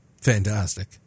fantastic